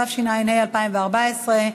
התשע"ה 2014,